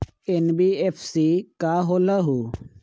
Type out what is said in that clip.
NBFC का होलहु?